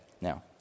Now